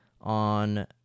on